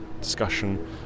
discussion